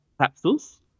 capsules